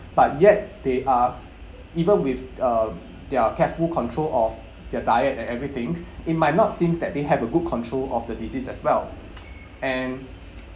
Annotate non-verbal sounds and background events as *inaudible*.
but yet they are even with uh they're careful control of their diet and everything it might not seems that they have a good control of the disease as well *noise* and